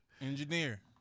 Engineer